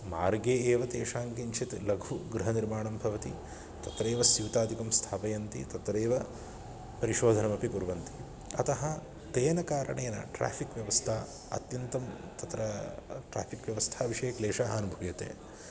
मार्गे एव तेषां किञ्चित् लघु गृहनिर्माणं भवति तत्रैव स्यूतादिकं स्थापयन्ति तत्रैव परिशोधनमपि कुर्वन्ति अतः तेन कारणेन ट्राफ़िक् व्यवस्था अत्यन्तं तत्र ट्राफ़िक् व्यवस्थाविषये क्लेशः अनुभूयते